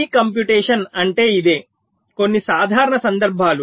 pre computation అంటే ఇదే కొన్ని సాధారణ సందర్భాలు